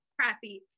crappy